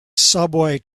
subway